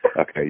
Okay